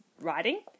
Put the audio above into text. writing